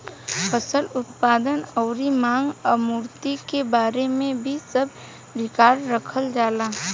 फसल उत्पादन अउरी मांग आपूर्ति के बारे में भी सब रिकार्ड रखल जाला